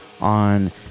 on